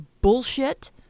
bullshit